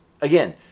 Again